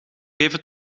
even